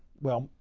well,